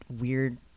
weird